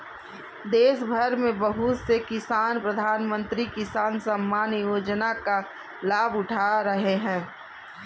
देशभर में बहुत से किसान प्रधानमंत्री किसान सम्मान योजना का लाभ उठा रहे हैं